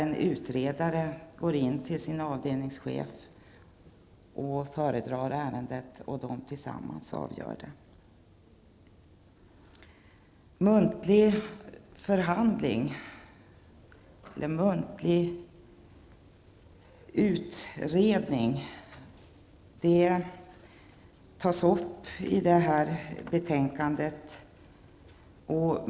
En utredare går in till sin avdelningschef och föredrar ärendet, varefter de två tillsammans avgör det. Muntlig utredning tas upp i betänkandet.